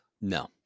No